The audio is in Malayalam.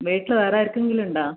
വീട്ടിൽ വേറെ ആർക്കെങ്കിലും ഉണ്ടോ